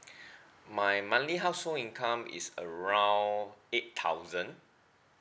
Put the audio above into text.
my monthly household income is around eight thousand